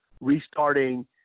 restarting